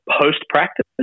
post-practice